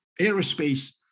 aerospace